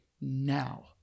now